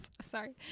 Sorry